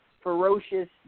ferocious